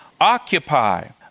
occupy